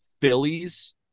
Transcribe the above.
Phillies